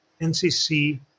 NCC